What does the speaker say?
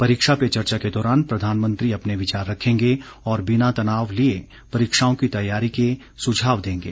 परीक्षा पे चर्चा के दौरान प्रधानमंत्री अपने विचार रखेंगे और बिना तनाव लिए परीक्षाओं की तैयारी के सुझाव देंगे